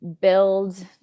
build